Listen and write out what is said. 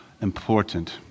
important